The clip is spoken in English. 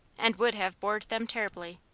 and would have bored them terribly.